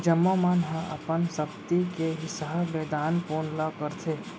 जम्मो मन ह अपन सक्ति के हिसाब ले दान पून ल करथे